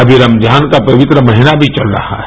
अमी रमजान का पवित्र महीना मी चल रहा है